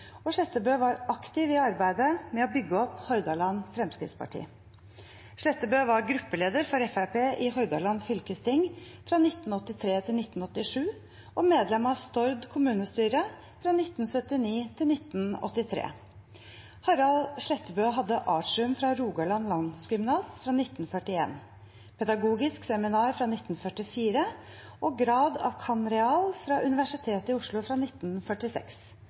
og Slettebø var aktiv i arbeidet med å bygge opp Hordaland Fremskrittsparti. Slettebø var gruppeleder for Fremskrittspartiet i Hordaland fylkesting fra 1983 til 1987 og medlem av Stord kommunestyre fra 1979 til 1983. Harald Slettebø hadde artium fra Rogaland landsgymnas fra 1941, pedagogisk seminar fra 1944 og grad av cand.real. fra Universitetet i Oslo fra 1946.